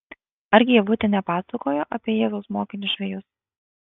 argi ievutė nepasakojo apie jėzaus mokinius žvejus